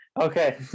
Okay